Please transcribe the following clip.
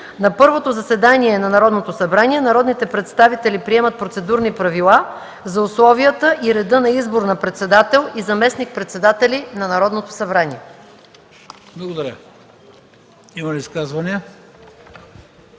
На първото заседание на Народното събрание, народните представители приемат процедурни правила за условията и реда за избор на председател и заместник-председатели на Народното събрание.” ПРЕДСЕДАТЕЛ